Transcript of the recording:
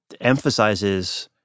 emphasizes—